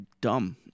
dumb